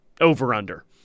over-under